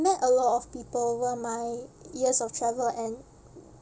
met a lot of people over my years of travel and